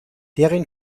deren